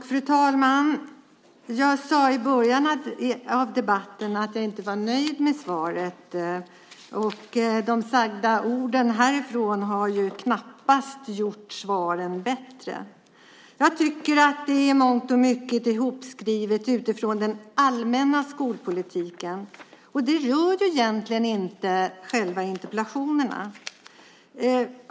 Fru talman! Jag sade i början av debatten att jag inte var nöjd med statsrådets svar. De sagda orden från denna talarstol har knappast gjort det bättre. I mångt och mycket är svaret hopskrivet utifrån den allmänna skolpolitiken. Den rör egentligen inte själva interpellationerna.